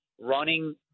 running